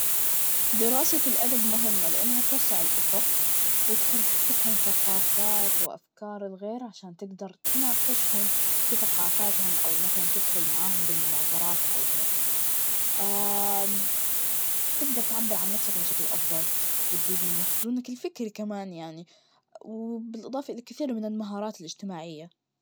دراسة الأدب مهمة, لأنها توسع الأفق, وتخليك تفهم ثقافات وأفكار الغير عشان تقدر تناقشهم في ثقافاتهم, أو مثلاً تدخل معاهم بمناظرات أو هيك, تجدر تعبر عن نفسك بشكل أفضل, وتزيد من مخزونك الفكري كمان يعني, وبالإضافة لكثير من المهارات الإجتماعية.